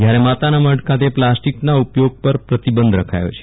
જયારે માતાનામઢ ખાતે પ્લાસ્ટીકના ઉપયોગ પર પ્રતિબંધ રખાયો છે